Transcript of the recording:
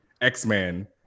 X-Men